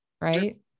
right